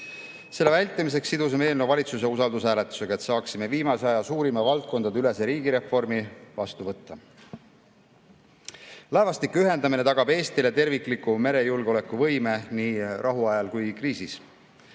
Selle vältimiseks sidusime eelnõu valitsuse usaldushääletusega, et saaksime viimase aja suurima valdkondadeülese riigireformi vastu võtta. Laevastike ühendamine tagab Eestile tervikliku merejulgeoleku võime nii rahu ajal kui ka kriisis.